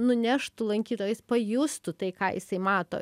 nuneštų lankytoją jis pajustų tai ką jisai mato